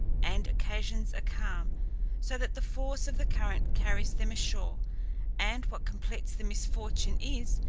and occasions a calm so that the force of the current carries them ashore and what completes the misfortune is,